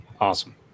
awesome